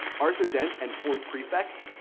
arthur dent and ford prefect.